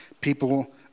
people